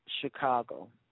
Chicago